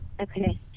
Okay